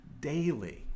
Daily